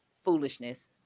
foolishness